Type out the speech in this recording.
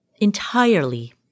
entirely